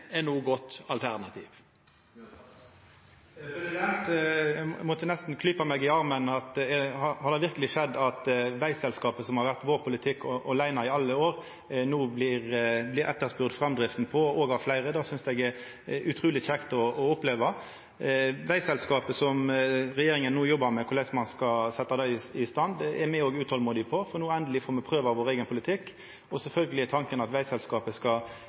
armen no. Har det verkeleg skjedd at òg fleire spør etter framdrifta til det vegselskapet som har vore vår politikk åleine i alle år? Det synest eg er utruleg kjekt å oppleva. Dette vegselskapet som regjeringa no jobbar med korleis ein skal setja i stand, er me òg utolmodige etter, for no får me endeleg prøva vår eigen politikk. Sjølvsagt er det tanken at vegselskapet skal